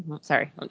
Sorry